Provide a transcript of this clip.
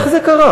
איך זה קרה?